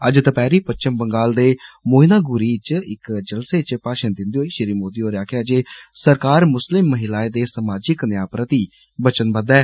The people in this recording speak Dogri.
अज्ज दपैहरी पच्छम बंगाल दे मोयनामुरी च इक जलसे च भाशण दिन्दे होई श्री मोदी होरें आक्खेआ जे सरकार मुस्लिम महिलाए दे समाजिक न्याऽ प्रति बचनवद्द ऐ